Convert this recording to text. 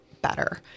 Better